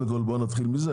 בואו נתחיל בזה.